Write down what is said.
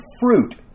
fruit